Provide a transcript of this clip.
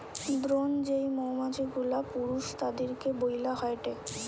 drone যেই মৌমাছি গুলা পুরুষ তাদিরকে বইলা হয়টে